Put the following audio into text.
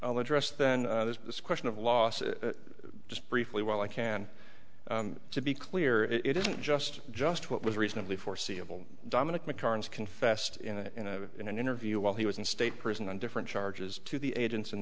i'll address then there's this question of loss just briefly while i can to be clear it isn't just just what was reasonably foreseeable dominic makarios confessed in a in a in an interview while he was in state prison and different charges to the agents in